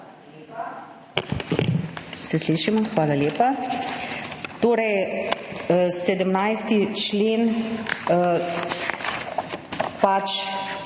Hvala lepa.